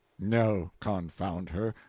no, confound her,